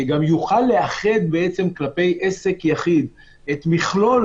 שגם יוכל לאחד כלפי עסק יחיד את מכלול